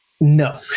No